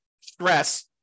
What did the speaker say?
stress